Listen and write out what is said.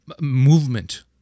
movement